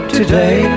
today